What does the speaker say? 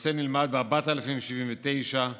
הנושא נלמד ב-4,079 כיתות,